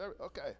Okay